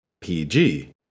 PG